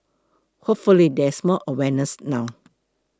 hopefully there is more awareness now